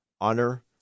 honor